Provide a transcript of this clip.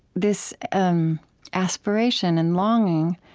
this um aspiration and longing